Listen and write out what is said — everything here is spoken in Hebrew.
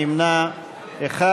35, ויש נמנע אחד.